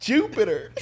Jupiter